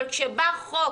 אבל כשבא חוק